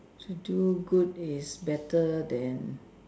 to do good is better than